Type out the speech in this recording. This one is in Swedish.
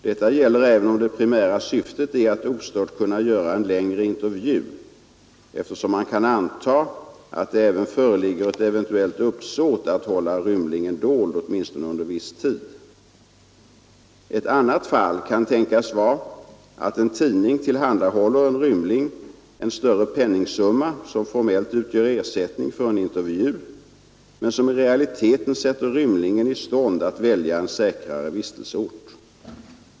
Detta gäller även om det primära syftet är att ostört kunna göra en längre intervju, eftersom man kan anta att det även föreligger ett eventuellt uppsåt att hålla rymlingen dold åtminstone under viss tid. Ett annat fall kan tänkas vara att en tidning tillhandahåller en rymling en större penningsumma som formellt utgör ersättning för en intervju men som i realiteten sätter rymlingen i stånd att välja en säkrare vistelseort.